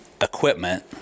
equipment